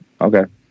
okay